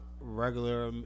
regular